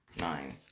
nine